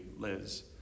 Liz